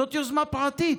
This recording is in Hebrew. זו יוזמה פרטית,